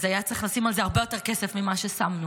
אז היה צריך לשים על זה הרבה יותר כסף ממה ששמנו,